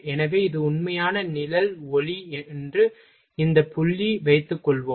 எனவே இது உண்மையான நிழல் ஒளி என்று இந்த புள்ளி வைத்துக்கொள்வோம்